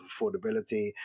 affordability